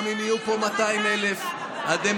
במקום 100,000 יהיו פה 200,000 בפעם הבאה.